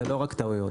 אלו לא רק טעויות.